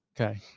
okay